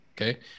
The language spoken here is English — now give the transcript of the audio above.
okay